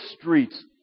streets